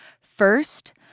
First